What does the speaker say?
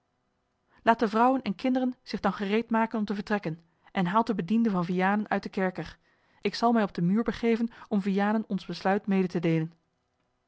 laat de vrouwen en kinderen zich dan gereed maken om te vertrekken en haalt den bediende van vianen uit den kerker ik zal mij op den muur begeven om vianen ons besluit mede te deelen